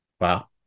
Wow